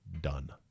done